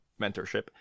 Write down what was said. mentorship